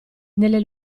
nelle